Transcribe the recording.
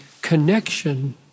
connection